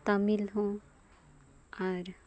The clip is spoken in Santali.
ᱛᱟᱢᱤᱞ ᱦᱚᱸ ᱟᱨ